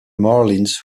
marlins